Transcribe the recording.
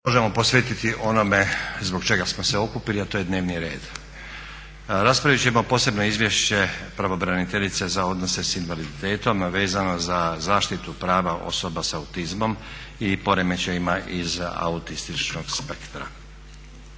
možemo posvetiti onome zbog čega smo se okupili, a to je dnevni red. Raspravit ćemo - Posebno izvješće pravobraniteljice za osobe s invaliditetom vezano za zaštitu prava osoba s autizmom i poremećajima iz autističnog spektra